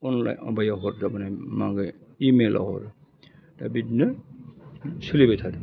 online माबायाव हरजाबनाय मांगे इमेलाव दा बिदिनो सोलिबाय थादों